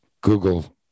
Google